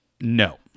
no